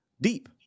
deep